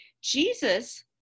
Jesus